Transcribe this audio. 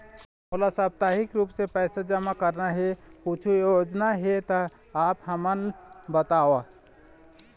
मोला साप्ताहिक रूप से पैसा जमा करना हे, कुछू योजना हे त आप हमन बताव?